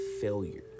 failure